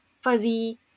fuzzy